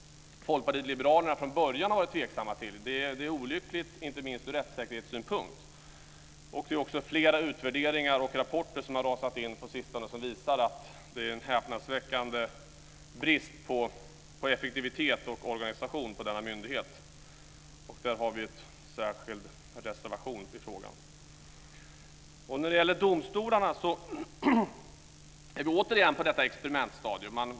Folkpartiet liberalerna har från början varit tveksamma till denna konstruktion, som är olycklig inte minst ur rättssäkerhetssynpunkt. Flera utvärderingar och rapporter som har lagts fram på sistone visar också på en häpnadsväckande brist på effektivitet och organisation på denna myndighet. Vi har i detta sammanhang avgivit en reservation. När det gäller domstolarna är vi återigen på detta experimentstadium.